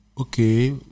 Okay